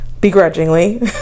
Begrudgingly